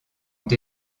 ont